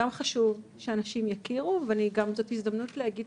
גם חשוב שאנשים יכירו וזאת גם הזדמנות להגיד